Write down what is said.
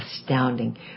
Astounding